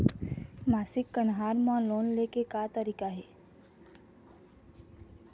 मासिक कन्हार म लोन ले के का तरीका हे?